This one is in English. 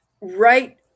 right